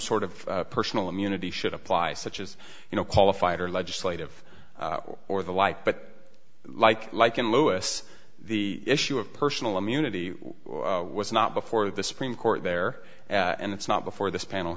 sort of personal immunity should apply such as you know qualified or legislative or the like but like like in louis the issue of personal immunity was not before the supreme court there and it's not before this panel